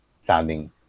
sounding